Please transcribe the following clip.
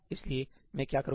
इसलिए मैं क्या करूंगा